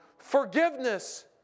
Forgiveness